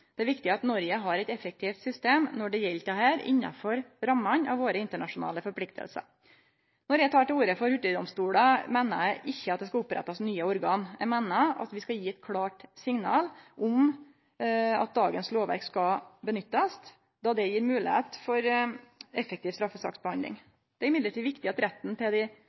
Det er viktig at Noreg har eit effektivt system når det gjeld dette, innanfor rammene av våre internasjonale forpliktingar. Når eg tek til orde for hurtigdomstolar, meiner eg ikkje at det skal opprettast nye organ. Eg meiner at vi skal gje eit klart signal om at dagens lovverk skal nyttast, då det gjev moglegheit for effektiv straffesaksbehandling. Det er likevel viktig at retten til